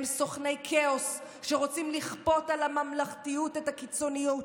הם סוכני כאוס שרוצים לכפות על הממלכתיות את הקיצוניות,